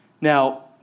Now